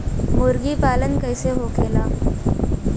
मुर्गी पालन कैसे होखेला?